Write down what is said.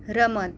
રમત